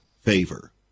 favor